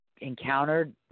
encountered